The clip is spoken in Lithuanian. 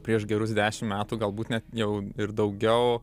prieš gerus dešim metų galbūt net jau ir daugiau